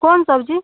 कोन सबजी